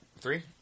Three